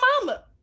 mama